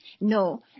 No